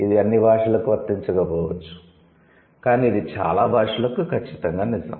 ఇది అన్ని భాషలకు వర్తించకపోవచ్చు కానీ ఇది చాలా భాషలకు ఖచ్చితంగా నిజం